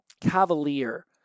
cavalier